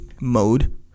mode